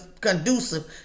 conducive